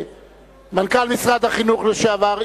מנכ"ל משרד החינוך לשעבר,